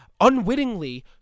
unwittingly